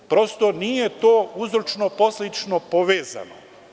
Prosto, nije to uzročno posledično povezano.